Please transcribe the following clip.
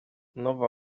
nowa